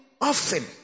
often